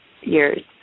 years